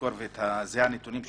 ואלה הנתונים שלכם,